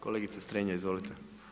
Kolegica Strenja, izvolite.